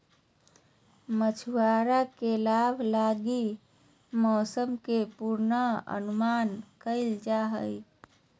मछुआरा के लाभ लगी मौसम के पूर्वानुमान करल जा हइ